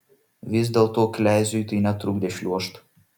vis dėlto kleziui tai netrukdė šliuožt